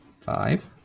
Five